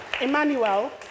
Emmanuel